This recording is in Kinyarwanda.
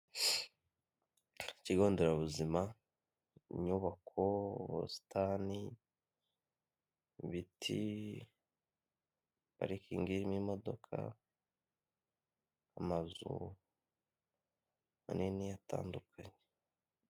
Ikigonderabuzima, inyubako, ubusitaniti, parikingi irimo imodoka, amazu manini atandukanye.